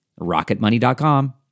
rocketmoney.com